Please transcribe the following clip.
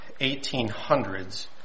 1800s